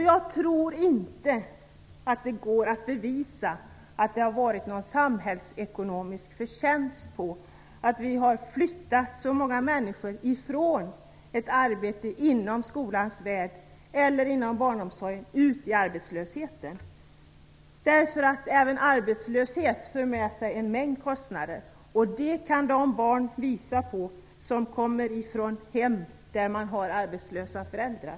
Jag tror inte att det går att bevisa att det varit en samhällsekonomisk förtjänst att vi flyttat så många människor från ett arbete inom skolans värld eller inom barnomsorgen ut i arbetslöshet. Även arbetslösheten för med sig en mängd kostnader, och det kan de barn visa på som kommer från hem med arbetslösa föräldrar.